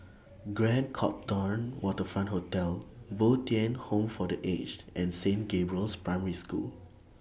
Grand Copthorne Waterfront Hotel Bo Tien Home For The Aged and Saint Gabriel's Primary School